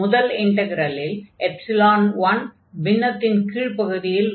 முதல் இன்டக்ரலில் 1 பின்னத்தின் கீழ் பகுதியில் வரும்